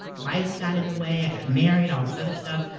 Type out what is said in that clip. life got in the way. i got married, all this other stuff.